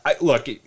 look